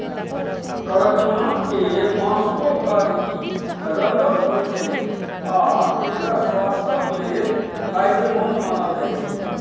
कड़कनाथ के मासुओ कारी रंगक होइ छै आ एकरा स्वास्थ्यक लेल फायदेमंद मानल जाइ छै